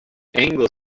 anglo